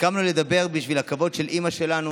הסכמנו לדבר בשביל הכבוד של אימא שלנו.